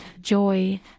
joy